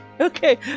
Okay